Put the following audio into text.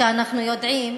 שאנחנו יודעים